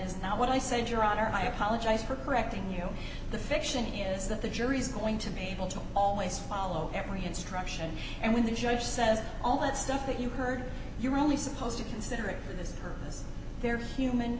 is not what i said your honor i apologize for correcting you the fiction is that the jury's going to be able to always follow every instruction and when the judge says all that stuff that you've heard you're only supposed to consider it for this purpose they're human